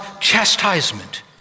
chastisement